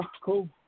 cool